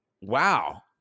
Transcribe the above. Wow